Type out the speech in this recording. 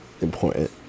important